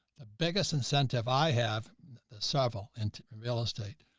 the biggest incentive i have savile into real estate.